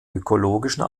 ökologischen